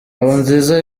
ngabonziza